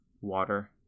water